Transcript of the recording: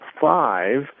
five